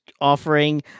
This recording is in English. offering